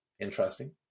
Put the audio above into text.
Interesting